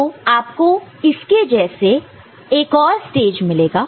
तो आपको इसके जैसा एक और स्टेज मिलेगा